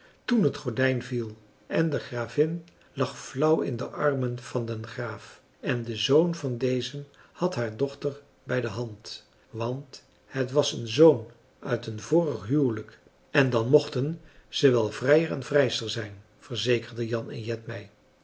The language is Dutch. toen het gordijn viel en de gravin lag flauw in de armen van den graaf en de zoon van dezen had haar dochter bij de hand want het was een zoon uit een vorig huwelijk en dan mochten ze wel vrijer en vrijster zijn verzekerden jan en jet mij